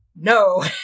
no